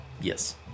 yes